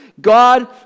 God